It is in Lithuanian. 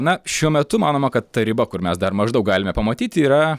na šiuo metu manoma kad ta riba kur mes dar maždaug galime pamatyti yra